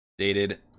dated